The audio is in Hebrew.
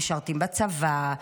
משרתים בצבא,